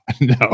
No